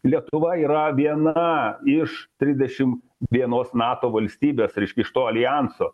lietuva yra viena iš trisdešim vienos nato valstybės reiškia iš to aljanso